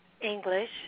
English